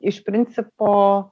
iš principo